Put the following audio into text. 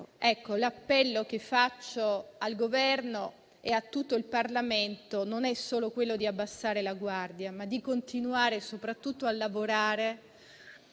altro. L'appello che rivolgo al Governo e a tutto il Parlamento è non solo quello di non abbassare la guardia, ma di continuare soprattutto a lavorare